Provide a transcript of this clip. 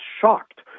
shocked